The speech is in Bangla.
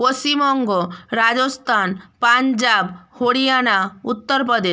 পশ্চিমবঙ্গ রাজস্তান পাঞ্জাব হরিয়ানা উত্তর প্রদেশ